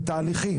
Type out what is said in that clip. בתהליכים.